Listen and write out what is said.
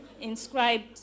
inscribed